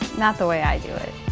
not the way i do it.